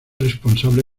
responsable